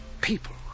People